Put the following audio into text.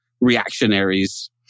reactionaries